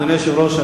אדוני היושב-ראש,